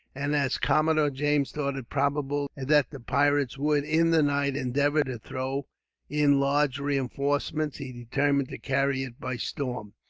and as commodore james thought it probable that the pirates would, in the night, endeavour to throw in large reinforcements, he determined to carry it by storm.